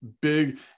big